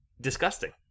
disgusting